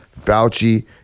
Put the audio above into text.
Fauci